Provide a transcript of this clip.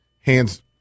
Hands